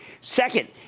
Second